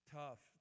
tough